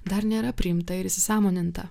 dar nėra priimta ir įsisąmoninta